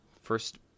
First